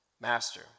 master